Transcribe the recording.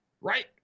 right